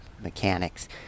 mechanics